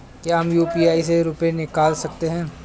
क्या हम यू.पी.आई से रुपये निकाल सकते हैं?